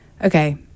Okay